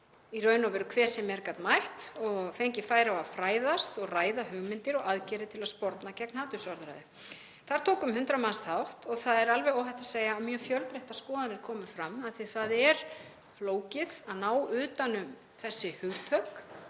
í raun hver sem er gat mætt og fengið færi á að fræðast og ræða hugmyndir og aðgerðir til að sporna gegn hatursorðræðu. Þar tóku um 100 manns þátt og það er alveg óhætt að segja að mjög fjölbreyttar skoðanir hafi komið fram af því að það er flókið að ná utan um þessi hugtök.